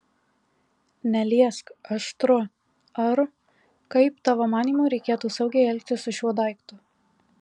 neliesk aštru ar kaip tavo manymu reikėtų saugiai elgtis su šiuo daiktu